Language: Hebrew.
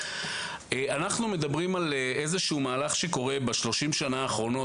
אנחנו מדברים על מהלך שקורה ב-30 השנים האחרונות